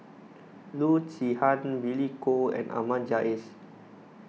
Loo Zihan Billy Koh and Ahmad Jais